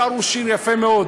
שרו שיר יפה מאוד,